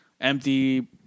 empty